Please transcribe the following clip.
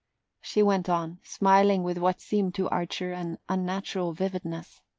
she went on, smiling with what seemed to archer an unnatural vividness.